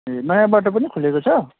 ए नयाँ बाटो पनि खोलिएको छ